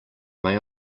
may